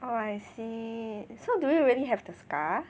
oh I see so do you really have the scar